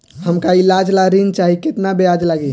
हमका ईलाज ला ऋण चाही केतना ब्याज लागी?